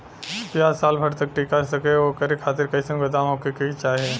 प्याज साल भर तक टीका सके ओकरे खातीर कइसन गोदाम होके के चाही?